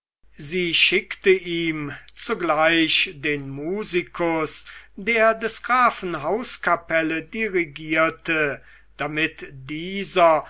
sie schickte ihm zugleich den musikus der des grafen hauskapelle dirigierte damit dieser